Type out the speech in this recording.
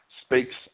speaks